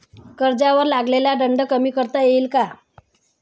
कर्जावर लागलेला दंड कमी करता येईल का?